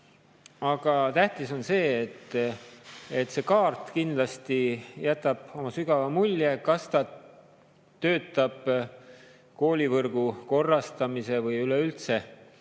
Tähtis on see, et see kaart kindlasti jätab sügava mulje. Kas ta töötab koolivõrgu korrastamise või üleüldse